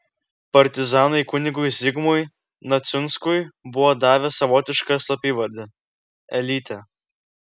partizanai kunigui zigmui neciunskui buvo davę savotišką slapyvardį elytė